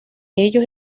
ellos